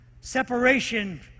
separation